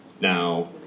Now